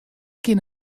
kin